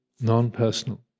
non-personal